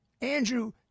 Andrew